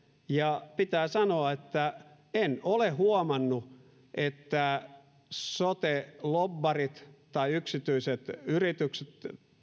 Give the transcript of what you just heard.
ja pitää sanoa että en ole huomannut että sote lobbarit tai yksityiset yritykset